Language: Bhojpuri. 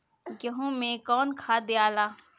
गेहूं मे कौन खाद दियाला?